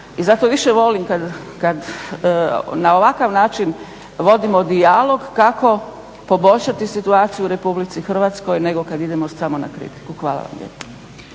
I zato više volim na ovakav način vodimo dijalog kako poboljšati situaciju u RH nego kad idemo samo na kritiku. Hvala.